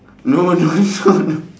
no no no